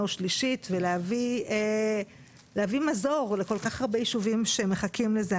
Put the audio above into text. ושלישית ולהביא מזור לכל כך הרבה יישובים שמחכים לזה.